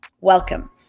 Welcome